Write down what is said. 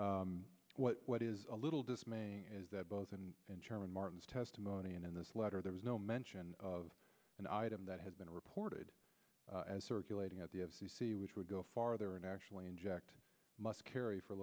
what what is a little dismaying is that both and in chairman martin's testimony and in this letter there was no mention of an item that had been reported as circulating at the f c c which would go farther and actually inject muskerry for